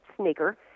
sneaker